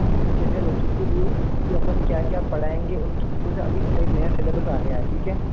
जैसे बच्चों के लिए अपन क्या क्या पढ़ाएंगे उनकी जो है नया सिलेबस आ गया है ठीक है